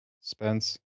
Spence